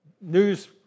news